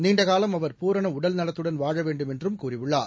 நீண்டகாலம் அவர் பூரண உடல்நலத்துடன் வாழ வேண்டும் என்றும் கூறியுள்ளார்